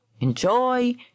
Enjoy